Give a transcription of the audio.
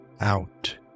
out